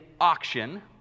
auction